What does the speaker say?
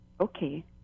Okay